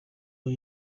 aba